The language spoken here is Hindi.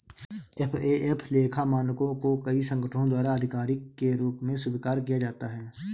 एफ.ए.एफ लेखा मानकों को कई संगठनों द्वारा आधिकारिक के रूप में स्वीकार किया जाता है